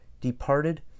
departed